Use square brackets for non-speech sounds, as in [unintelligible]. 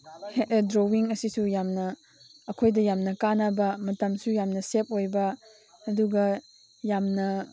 [unintelligible] drawing ꯑꯁꯤꯁꯨ ꯌꯥꯝꯅ ꯑꯩꯈꯣꯏꯗ ꯌꯥꯝꯅ ꯀꯥꯟꯅꯕ ꯃꯇꯝꯁꯨ ꯌꯥꯝꯅ ꯁꯦꯞ ꯑꯣꯏꯕ ꯑꯗꯨꯒ ꯌꯥꯝꯅ